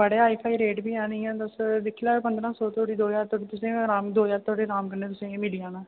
बड़े hi fi rate बी हैन इ'यां तुस दिक्खी लैयो पंदरा सौ धोड़ी दो ज्हार धोड़ी तुसेंगी अराम दो ज्हार धोड़ी अराम कन्नै तुसेंगी मिली जाना